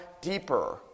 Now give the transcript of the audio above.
deeper